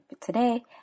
today